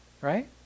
Right